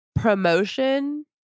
Promotion